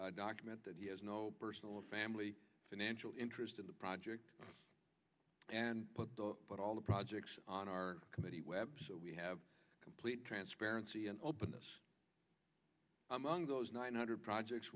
a document that has no personal family financial interest in the project and put but all the projects on our committee web so we have complete transparency and openness among those nine hundred projects